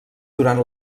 durant